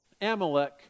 Amalek